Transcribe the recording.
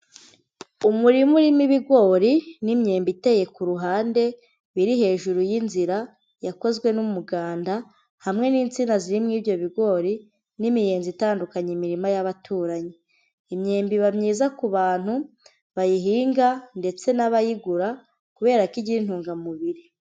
Umurima urimo ibigori n'imyembe iteye ku ruhande biri hejuru y'inzira yakozwe n'umuganda hamwe n'insina zirimo ibyo bigori n'imigenzi itandukanye imirima y'abaturanyi. Imyembe iba myiza ku bantu bayihinga ndetse n'abayigura kubera ko igira intungamubiri.